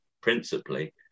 principally